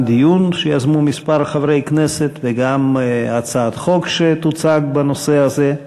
גם דיון שיזמו כמה חברי כנסת וגם הצעת חוק שתוצג בנושא הזה.